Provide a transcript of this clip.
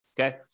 okay